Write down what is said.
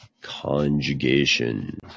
conjugation